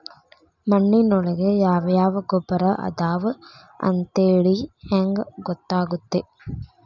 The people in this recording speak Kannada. ಮಣ್ಣಿನೊಳಗೆ ಯಾವ ಯಾವ ಗೊಬ್ಬರ ಅದಾವ ಅಂತೇಳಿ ಹೆಂಗ್ ಗೊತ್ತಾಗುತ್ತೆ?